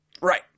Right